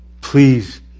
Please